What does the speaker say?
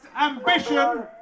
ambition